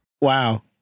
Wow